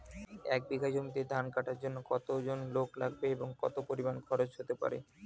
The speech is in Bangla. এক বিঘা জমিতে ধান কাটার জন্য কতজন লোক লাগবে এবং কত পরিমান খরচ হতে পারে?